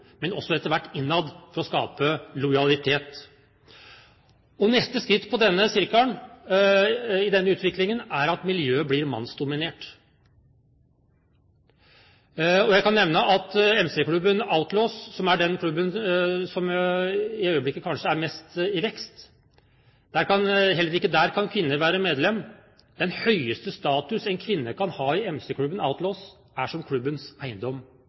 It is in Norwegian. men etter hvert også innad for å skape lojalitet. Neste skritt i denne utviklingen er at miljøet blir mannsdominert. Jeg kan nevne at i MC-klubben Outlaws, som er den klubben som i øyeblikket kanskje er mest i vekst, kan ikke kvinner være medlem. Den høyeste status en kvinne kan ha i MC-klubben Outlaws, er som klubbens eiendom